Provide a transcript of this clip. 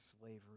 slavery